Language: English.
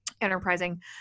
Enterprising